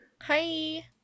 Hi